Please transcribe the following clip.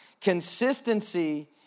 Consistency